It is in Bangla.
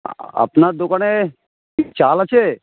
আপনার দোকানে কি চাল আছে